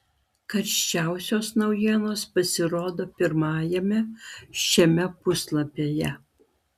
karščiausios naujienos pasirodo pirmajame šiame puslapyje